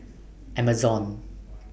Amazon